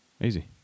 easy